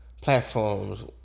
platforms